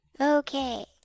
Okay